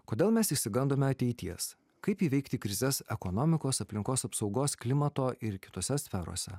kodėl mes išsigandome ateities kaip įveikti krizes ekonomikos aplinkos apsaugos klimato ir kitose sferose